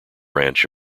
ranch